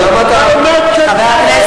למה אתה, אם אמא תרזה